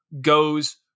goes